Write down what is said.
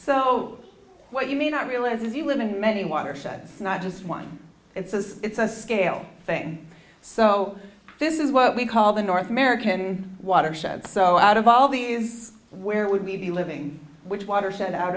so what you may not realize is you live in many watershed not just one it's a scale thing so this is what we call the north american watershed so out of all these where would we be living which watershed out